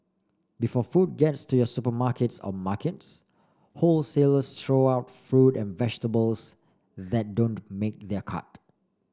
before food gets to your supermarkets or markets wholesalers throw out fruit and vegetables that don't make their cut